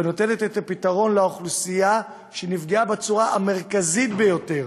שנותנת את הפתרון לאוכלוסייה שנפגעה בצורה המרכזית ביותר